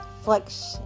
flexion